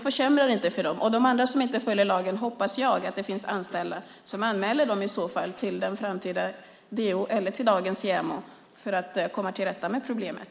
När det gäller de andra som inte följer lagen hoppas jag att det finns anställda som i så fall anmäler dem till den framtida DO eller till dagens JämO för att komma till rätta med problemet.